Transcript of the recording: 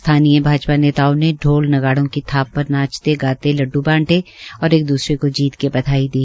स्थानीय भाजपा नेताओं ने शोल नगाड़ो की थाप पर नाचते गाते लडडू बांटे और एक दुसरे जीत की बधाई दी